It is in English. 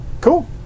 Cool